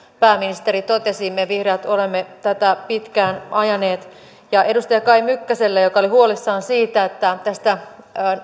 pääministeri totesi me vihreät olemme tätä pitkään ajaneet edustaja kai mykkäselle joka oli huolissaan siitä että tästä